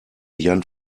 jan